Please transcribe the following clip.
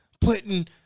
putting